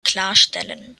klarstellen